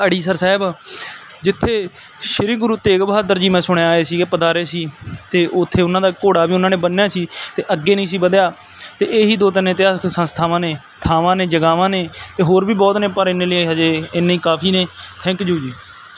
ਅੜੀਸਰ ਸਾਹਿਬ ਜਿੱਥੇ ਸ਼੍ਰੀ ਗੁਰੂ ਤੇਗ ਬਹਾਦਰ ਜੀ ਮੈਂ ਸੁਣਿਆ ਹੈ ਆਏ ਸੀ ਪਦਾਰੇ ਸੀ ਅਤੇ ਉੱਥੇ ਉਹਨਾਂ ਦਾ ਘੋੜਾ ਵੀ ਉਹਨਾਂ ਨੇ ਬੰਨ੍ਹਿਆ ਸੀ ਅਤੇ ਅੱਗੇ ਨਹੀਂ ਸੀ ਵਧਿਆ ਅਤੇ ਇਹ ਹੀ ਦੋ ਤਿੰਨ ਇਤਿਹਾਸਿਕ ਸੰਸਥਾਵਾਂ ਨੇ ਥਾਵਾਂ ਨੇ ਜਗ੍ਹਾਵਾਂ ਨੇ ਅਤੇ ਹੋਰ ਵੀ ਬਹੁਤ ਨੇ ਪਰ ਇੰਨੇ ਲਈ ਹਜੇ ਇੰਨਾ ਹੀ ਕਾਫੀ ਨੇ ਥੈਂਕ ਜੂ ਜੀ